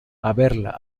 haberla